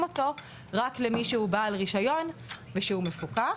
אותו רק למי שהוא בעל ניסיון ושהוא מפוקח,